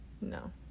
no